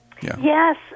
Yes